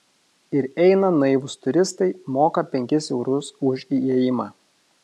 ir eina naivūs turistai moka penkis eurus už įėjimą